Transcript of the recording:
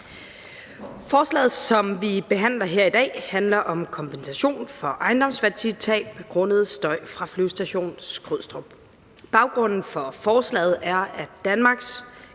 Forslaget, som vi behandler her i dag, handler om kompensation for ejendomsværditab grundet støj fra Flyvestation Skrydstrup. Baggrunden for forslaget er Danmarks